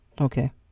Okay